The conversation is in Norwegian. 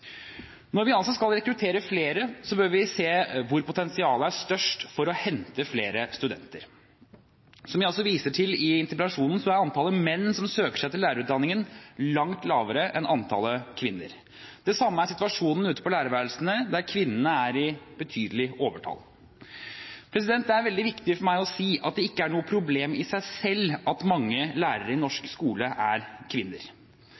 Når vi altså skal rekruttere flere, bør vi se hvor potensialet er størst for å hente flere studenter. Som jeg altså viser til i interpellasjonsteksten, er antallet menn som søker seg til lærerutdanningen, langt lavere enn antallet kvinner. Det samme er situasjonen ute i lærerværelsene, der kvinnene er i betydelig overtall. Det er veldig viktig for meg å si at det ikke er noe problem i seg selv at mange lærere i norsk skole er kvinner.